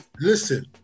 listen